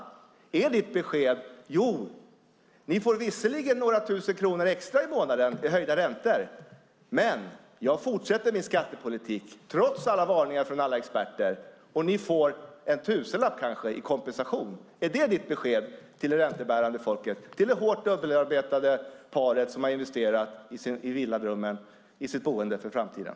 Jag undrar om det här är ditt besked: Jo, ni får visserligen några tusen kronor extra i månaden i höjda räntor. Men jag fortsätter min skattepolitik trots alla varningar från alla experter, och ni får kanske en tusenlapp i kompensation. Är det ditt besked till det räntebärande folket, till det hårt dubbelarbetande paret, som har investerat i villadrömmen, i sitt boende för framtiden?